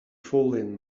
fallen